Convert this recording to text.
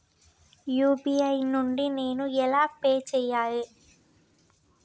UPI నుండి నేను ఎలా పే చెయ్యాలి?